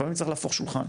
לפעמים צריך להפוך שולחן,